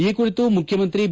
ಈ ಕುರಿತು ಮುಖ್ಯಮಂತ್ರಿ ಬಿ